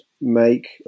make